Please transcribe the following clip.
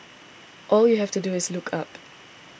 all you have to do is look up